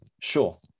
Sure